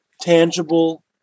tangible